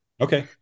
Okay